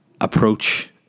approach